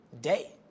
day